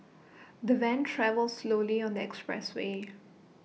the van travelled slowly on the expressway